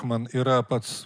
man yra pats